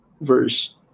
verse